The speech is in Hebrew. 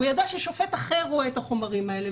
הוא ידע שטופט אחר רואה את החומרים האלה,